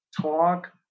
talk